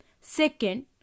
Second